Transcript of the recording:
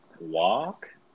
Walk